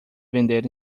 vender